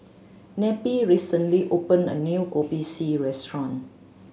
Neppie recently opened a new Kopi C restaurant